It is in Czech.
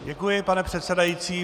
Děkuji, pane předsedající.